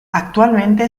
actualmente